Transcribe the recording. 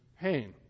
pain